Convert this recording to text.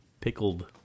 pickled